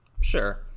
Sure